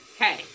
Okay